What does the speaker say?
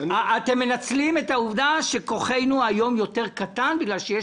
אתם מנצלים את העובדה שכוחנו היום יותר קטן בגלל שיש